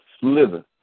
slither